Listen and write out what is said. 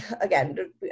again